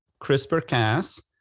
CRISPR-Cas